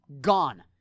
gone